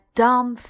dumb